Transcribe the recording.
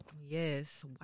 Yes